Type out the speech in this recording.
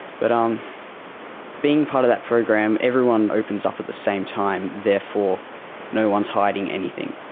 but um being part of that program, everyone opens up at the same time, therefore no one is hiding anything.